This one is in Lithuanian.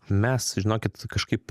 mes žinokit kažkaip